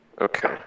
Okay